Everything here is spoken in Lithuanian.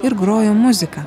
ir grojo muzika